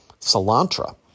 cilantro